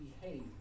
behave